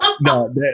no